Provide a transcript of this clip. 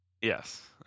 Yes